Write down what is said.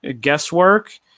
guesswork